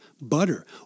butter